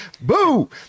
Boo